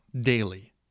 daily